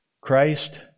Christ